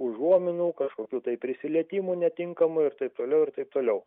užuominų kažkokių tai prisilietimų netinkamų ir taip toliau ir taip toliau